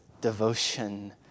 devotion